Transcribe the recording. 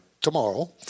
tomorrow